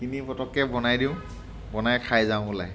কিনি পটককৈ বনাই দিওঁ বনাই খাই যাওঁ ওলাই